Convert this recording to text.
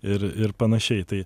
ir ir panašiai tai